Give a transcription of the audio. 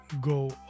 go